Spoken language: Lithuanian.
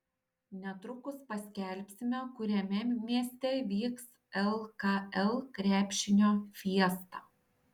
netrukus paskelbsime kuriame mieste vyks lkl krepšinio fiesta